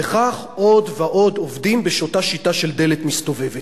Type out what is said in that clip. וכך עוד ועוד עובדים באותה שיטה של דלת מסתובבת.